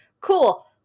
cool